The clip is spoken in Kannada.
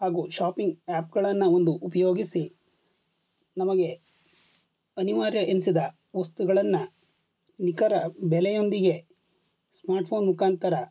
ಹಾಗೂ ಶಾಪಿಂಗ್ ಆ್ಯಪ್ಗಳನ್ನು ಒಂದು ಉಪಯೋಗಿಸಿ ನಮಗೆ ಅನಿವಾರ್ಯ ಎನ್ನಿಸಿದ ವಸ್ತುಗಳನ್ನು ನಿಖರ ಬೆಲೆಯೊಂದಿಗೆ ಸ್ಮಾರ್ಟ್ಫೋನ್ ಮುಖಾಂತರ